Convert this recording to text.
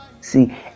See